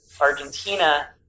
Argentina